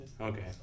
Okay